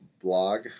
blog